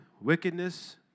wickedness